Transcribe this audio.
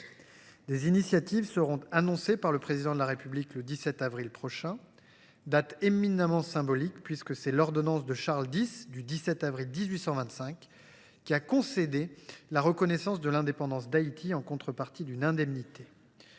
Des initiatives seront annoncées par le Président de la République le 17 avril prochain, date éminemment symbolique, puisque c’est par l’ordonnance de Charles X du 17 avril 1825 que la France a concédé la reconnaissance de l’indépendance d’Haïti, en contrepartie d’une indemnité.